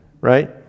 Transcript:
right